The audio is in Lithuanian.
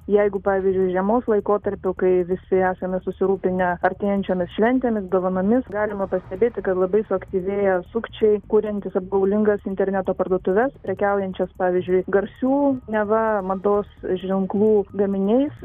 jeigu pavyzdžiui žiemos laikotarpiu kai visi esame susirūpinę artėjančiomis šventėmis dovanomis galima pastebėti kad labai suaktyvėja sukčiai kuriantys apgaulingas interneto parduotuves prekiaujančias pavyzdžiui garsių neva mados ženklų gaminiais